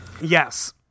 yes